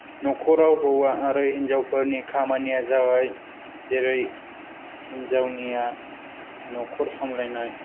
न'खराव हौवा आरो हिनजावफोरनि खामानिया जाबाय जेरै हिनजावनिया न'खर सामलायनाय